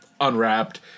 unwrapped